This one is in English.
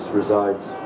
resides